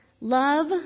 Love